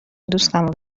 دوستمو